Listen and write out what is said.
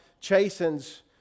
chastens